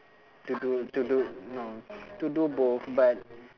to do to do no to do both but